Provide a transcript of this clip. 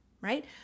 right